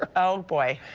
ah oh, boy.